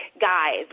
guys